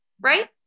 right